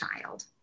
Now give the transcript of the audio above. child